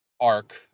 arc